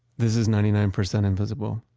this is ninety nine percent invisible.